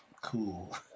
cool